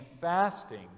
fasting